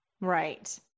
Right